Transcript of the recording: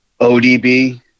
ODB